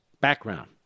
background